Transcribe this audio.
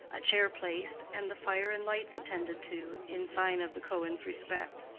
a chair placed and the fire and lights attended to, in sign of the cohens' respect.